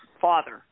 father